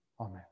Amen